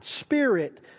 spirit